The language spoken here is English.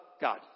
God